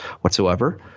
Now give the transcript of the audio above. whatsoever